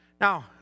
Now